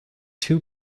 two